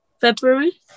February